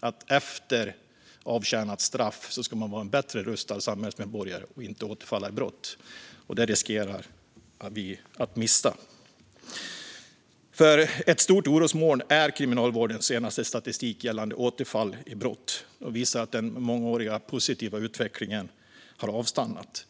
att man efter avtjänat straff ska vara en bättre rustad samhällsmedborgare och inte återfalla i brott. Detta riskerar vi att mista. Skärpta straff för brott i kriminella nätverk Ett stort orosmoln är att Kriminalvårdens senaste statistik gällande återfall i brott visar att den mångåriga positiva utvecklingen har avstannat.